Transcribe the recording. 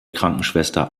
krankenschwester